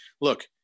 look